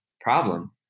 problem